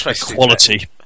quality